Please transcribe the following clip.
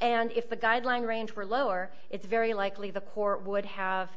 and if the guideline range were lower it's very likely the court would have